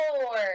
Four